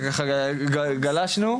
גלשנו.